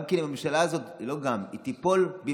גם כן הממשלה הזאת, לא גם, היא תיפול במהרה,